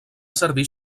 servir